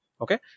okay